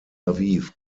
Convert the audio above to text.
aviv